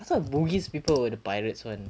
I thought bugis people were the pirates [one]